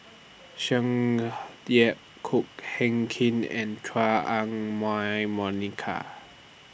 Tsung Yeh Ko Heck Kin and Chua Ah Huwa Monica